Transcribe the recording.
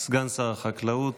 סגן שר החקלאות